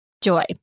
joy